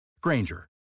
Granger